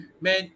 man